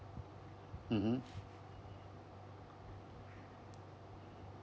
mmhmm